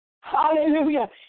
Hallelujah